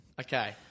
Okay